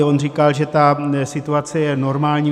On říkal, že ta situace je normální.